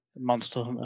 monster